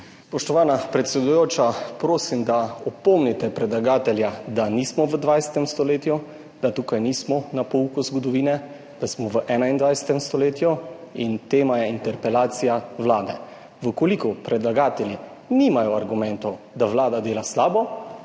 Spoštovana predsedujoča! Prosim, da opomnite predlagatelja, da nismo v 20. stoletju, da tukaj nismo pri pouku zgodovine, da smo v 21. stoletju in tema je interpelacija Vlade. Če predlagatelji nimajo argumentov, da Vlada dela slabo,